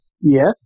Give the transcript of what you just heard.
Yes